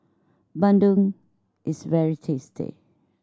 bandung is very tasty